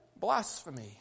blasphemy